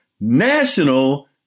national